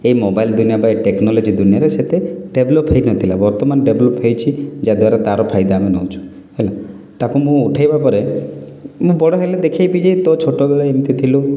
ଏ mobile ଦୁନିଆ ବା ଏଇ ଟେକନୋଲଜି ଦୁନିଆରେ ସେତେ ଡେଭଲପ୍ ହୋଇନଥିଲା ବର୍ତ୍ତମାନ ଡେଭଲପ୍ ହୋଇଛି ଯା ଦ୍ୱାରା ତା'ର ଫାଇଦା ଆମେ ନେଉଛୁ ହେଲା ତାକୁ ମୁଁ ଉଠେଇବା ପରେ ମୁଁ ବଡ଼ ହେଲେ ଦେଖେଇବି ଯେ ତୋ ଛୋଟବେଳେ ଏମିତି ଥିଲୁ